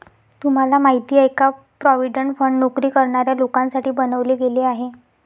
तुम्हाला माहिती आहे का? प्रॉव्हिडंट फंड नोकरी करणाऱ्या लोकांसाठी बनवले गेले आहे